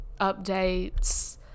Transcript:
Updates